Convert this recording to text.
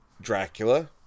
Dracula